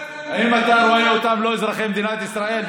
אם אתה רואה בהם לא אזרחי מדינת ישראל,